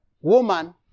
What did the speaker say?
woman